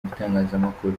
bitangazamakuru